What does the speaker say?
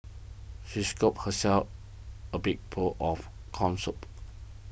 she scooped herself a big bowl of Corn Soup